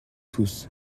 tous